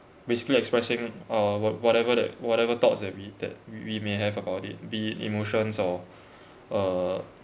basically expressing uh what whatever the whatever thoughts that we that we may have about it be emotions or uh